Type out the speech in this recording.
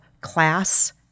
class